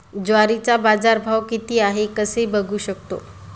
ज्वारीचा बाजारभाव किती आहे कसे बघू शकतो?